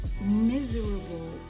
miserable